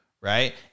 right